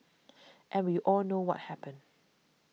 and we all know what happened